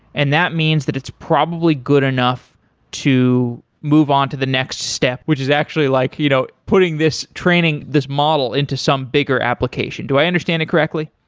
and that means that it's probably good enough to move on to the next step, which is actually like you know putting this training, this model into some bigger application. do i understand that correctly?